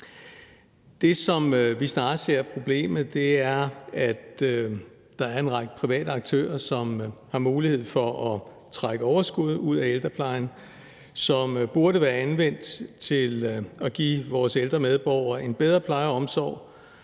Det, som vi snarere ser er problemet, er, at der er en række private aktører, som har mulighed for at trække et overskud, som burde være anvendt til at give vores ældre medborgere en bedre pleje og omsorg,